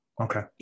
Okay